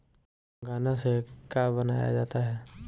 गान्ना से का बनाया जाता है?